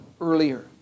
earlier